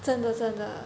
真的真的